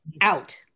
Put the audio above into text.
out